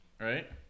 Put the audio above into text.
Right